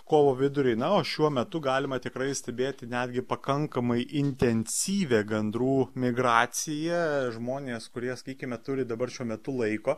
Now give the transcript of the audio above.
kovo vidurį na o šiuo metu galima tikrai stebėti netgi pakankamai intensyvią gandrų migraciją žmonės kurie sakykime turi dabar šiuo metu laiko